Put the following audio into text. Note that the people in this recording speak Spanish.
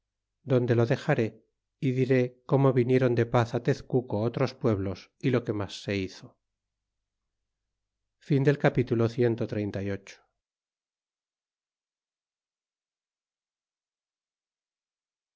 donde lo dexare y diré cómo vinieron de paz tezcuco otros pueblos y lo que mas se hizo capitulo cxxxix